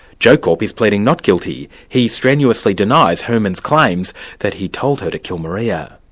joe korp is pleading not guilty he strenuously denies herman's claim that he told her to kill maria.